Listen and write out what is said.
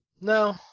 No